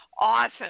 Awesome